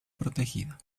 protegida